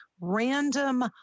random